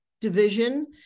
division